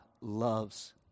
loves